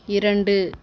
இரண்டு